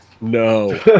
No